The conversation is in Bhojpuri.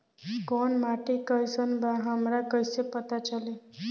कोउन माटी कई सन बा हमरा कई से पता चली?